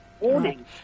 warning